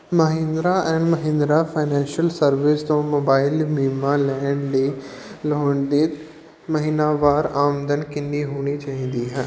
Mahindra and Mahindra financial service ਤੋਂ mobile ਬੀਮਾ ਲੈਣ ਲਈ ਲੋੜੀਂਦੀ ਮਹੀਨਾਵਾਰ ਆਮਦਨ ਕਿੰਨੀ ਹੋਣੀ ਚਾਹੀਦੀ ਹੈ